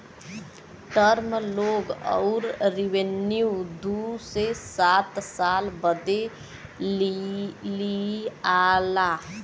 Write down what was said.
term loan अउर revenue दू से सात साल बदे लिआला